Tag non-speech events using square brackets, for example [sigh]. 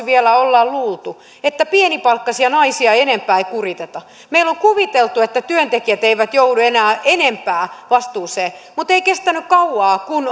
[unintelligible] vielä olemme luulleet että pienipalkkaisia naisia enempää ei kuriteta meillä on kuviteltu että työntekijät eivät joudu enää enempää vastuuseen mutta ei kestänyt kauaa kun [unintelligible]